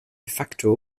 facto